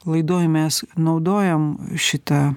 laidoj mes naudojom šitą